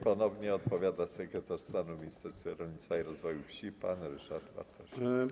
Ponownie odpowiada sekretarz stanu w Ministerstwie Rolnictwa i Rozwoju Wsi pan Ryszard Bartosik.